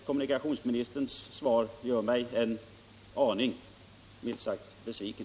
Kommunikationsministerns svar gör mig, milt sagt, en aning besviken.